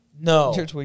No